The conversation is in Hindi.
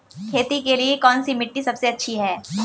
खेती के लिए कौन सी मिट्टी सबसे अच्छी है?